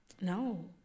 no